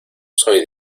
soy